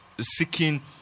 seeking